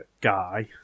guy